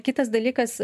kitas dalykas